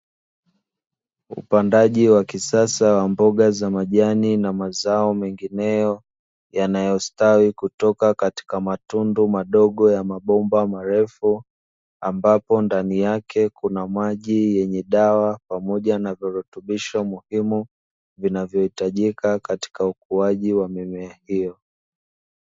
Upandaji wa kisasa wa mboga za majani na mazao mengineyo, yanayostawi kutoka katika matundu madogo ya mabomba marefu; ambapo ndani yake kuna maji yenye dawa pamoja na virutubisho muhimu, vinavyohitajika katika ukuaji wa mimea hiyo.